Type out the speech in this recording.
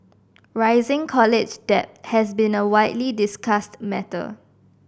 rising college debt has been a widely discussed matter